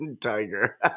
tiger